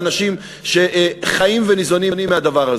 ואנשים שחיים וניזונים מהדבר הזה.